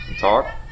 talk